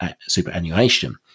superannuation